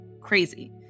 crazy